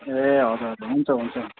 ए हजुर हजुर हुन्छ हुन्छ